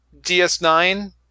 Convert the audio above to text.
DS9